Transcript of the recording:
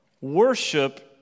Worship